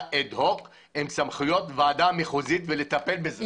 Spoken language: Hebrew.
אד-הוק עם סמכויות ועדה מחוזית ולטפל בזה.